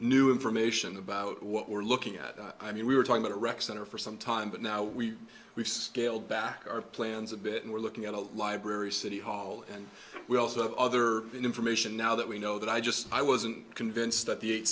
new information about what we're looking at i mean we were talking at a rec center for some time but now we we've scaled back our plans a bit and we're looking at library city hall and we also have other information now that we know that i just i wasn't convinced that the eight